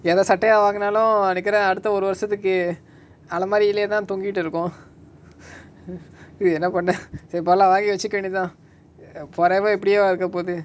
எத சாட்டயா வாங்கினாலு நெனைகுர அடுத்த ஒரு வருசத்துக்கு:etha sattaya vaanginaalu nenaikura adutha oru varusathuku alamari lah தா தொங்கிட்டு இருக்கு:tha thongitu iruku என்ன பன்ன:enna panna uh சரி பரவால வாங்கி வச்சிக வேண்டியதுதா:sari paravala vaangi vachika vendiyathutha err porava எப்டியோ இருகபோது:epdiyo irukapothu